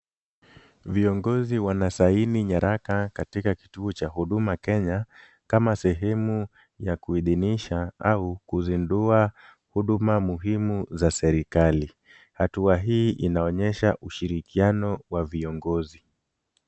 Viongozi wanasaini nyaraka katika kituo cha Huduma Kenya, kama sehemu ya kuidhinisha au kuzindua huduma muhimu za serikali. Hatua hii inaonyesha ushirikiano wa viongozi.